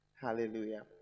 Hallelujah